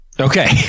Okay